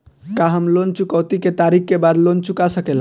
का हम लोन चुकौती के तारीख के बाद लोन चूका सकेला?